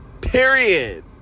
Period